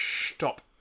Stop